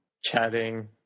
chatting